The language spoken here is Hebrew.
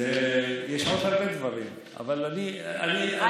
יש עוד הרבה דברים, אבל אני אקצר.